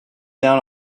down